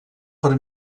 per